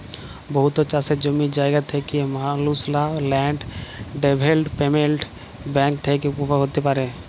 বহুত চাষের জমি জায়গা থ্যাকা মালুসলা ল্যান্ড ডেভেলপ্মেল্ট ব্যাংক থ্যাকে উপভোগ হ্যতে পারে